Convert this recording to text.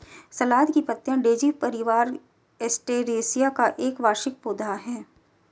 सलाद की पत्तियाँ डेज़ी परिवार, एस्टेरेसिया का एक वार्षिक पौधा है